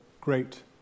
great